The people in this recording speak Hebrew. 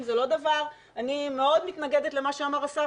זה לא דבר אני מאוד מתנגדת למה שאמר השר,